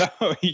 No